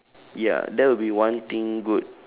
ya that will be one thing good